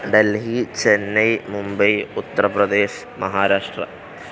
Delhi Chennai Mumbai Uttar Pradesh Maharashtra